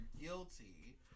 guilty